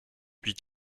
puis